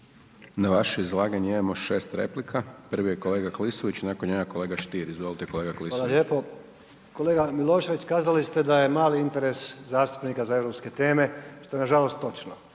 Na vaše izlaganje imamo šest replika. Prvi je kolega Klisović i nakon njega kolega Stier. Izvolite. **Klisović, Joško (SDP)** Hvala lijepo. Kolega Milošević kazali ste da je mali interes zastupnika za europske tome, što je nažalost točno.